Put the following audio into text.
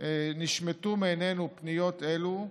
נשמטו מעינינו פניות אלו.